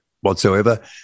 whatsoever